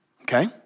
okay